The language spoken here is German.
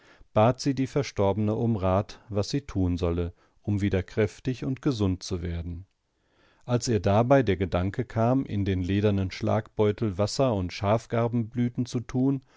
bat sie die verstorbene um rat was sie tun solle um wieder kräftig und gesund zu werden als ihr dabei der gedanke kam in den ledernen schlagbeutel wasser und schafgarbenblüten zu tun